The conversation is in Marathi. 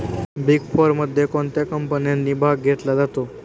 बिग फोरमध्ये कोणत्या कंपन्यांनी भाग घेतला आहे?